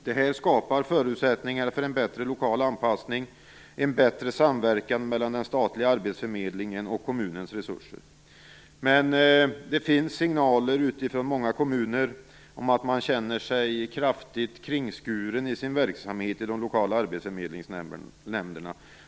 Det skapar förutsättningar för en bättre lokal anpassning och för en bättre samverkan mellan den statliga arbetsförmedlingen och kommunens resurser. Det finns dock signaler från många kommuner om att man känner sig kraftigt kringskurna i sin verksamhet i de lokala arbetsförmedlingsnämnderna.